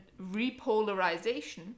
repolarization